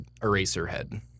Eraserhead